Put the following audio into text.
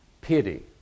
Pity